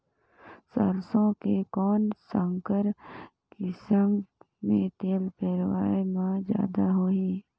सरसो के कौन संकर किसम मे तेल पेरावाय म जादा होही?